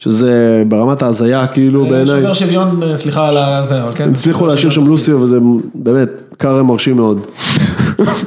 שזה ברמת ההזייה כאילו בעיניי, סליחה על ההזייה, הם הצליחו להשאיר שם לוסי אבל זה באמת קרא מרשים מאוד